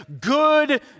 good